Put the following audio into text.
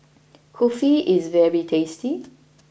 Kulfi is very tasty